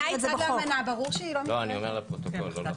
אני אומר לפרוטוקול.